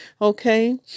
Okay